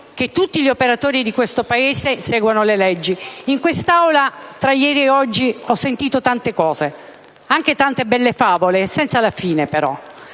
che tutti gli operatori di questo Paese seguano le leggi. In quest'Aula, tra ieri e oggi, ho sentito tante cose, anche tante belle favole, senza la fine però.